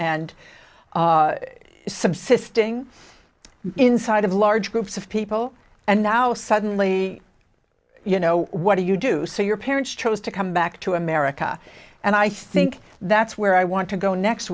subsisting inside of large groups of people and now suddenly you know what do you do so your parents chose to come back to america and i think that's where i want to go next